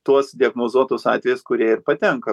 tuos diagnozuotus atvejus kurie ir patenka